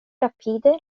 rapide